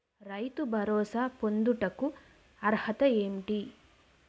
రైతు భరోసా పొందుటకు అర్హత ఏంటి?